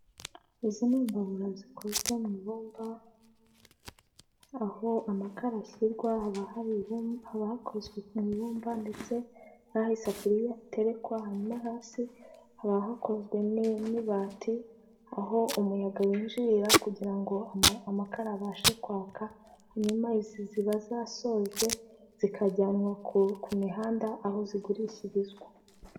Imbabura zikozwe mu ibumba aho amakara ashyirwa haba hari hakozwe ku ibumba ndetse n'aho isafuriya haterekwa hasi haba hakozwe n'amabati, aho umuyaga winjirira kugira ngo amakara abashe kwaka hanyumayama ziba zasojwe zikajyanwa ku mihanda aho zigurishirizwa.